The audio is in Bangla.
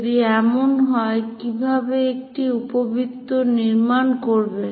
যদি এমন হয় কিভাবে একটি উপবৃত্ত নির্মাণ করবেন